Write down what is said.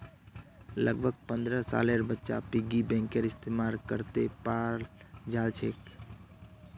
लगभग पन्द्रह सालेर बच्चा पिग्गी बैंकेर इस्तेमाल करते पाल जाछेक